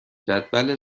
جدول